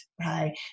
right